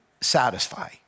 satisfy